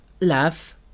Love